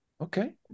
Okay